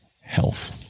health